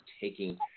taking